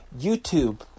YouTube